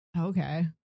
Okay